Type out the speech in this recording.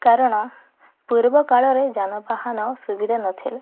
କାରଣ ପୂର୍ବ କାଳରେ ଯାନବାହାନ ସୁବିଧା ନଥିଲା